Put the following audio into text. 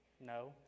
No